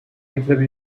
réclamer